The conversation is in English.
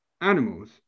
animals